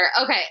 Okay